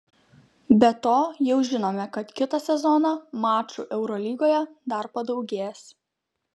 be to jau žinome kad kitą sezoną mačų eurolygoje dar padaugės